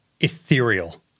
ethereal